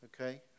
Okay